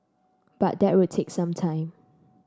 but that will take some time